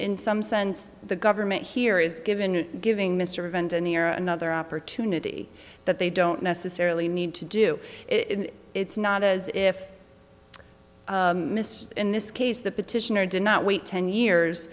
in some sense the government here is given giving mr event a new year another opportunity that they don't necessarily need to do it it's not as if in this case the petitioner did not wait ten years